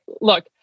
look